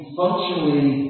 functionally